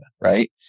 right